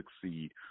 succeed